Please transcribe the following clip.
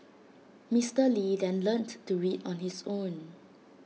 Mister lee then learnt to read on his own